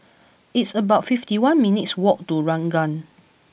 it's about fifty one minutes' walk to Ranggung